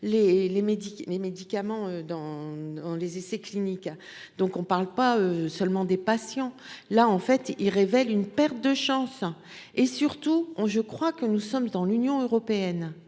mes médicaments dans on les essais cliniques, donc on ne parle pas seulement des patients là en fait il révèle une perte de chance et surtout on je crois que nous sommes dans l'Union européenne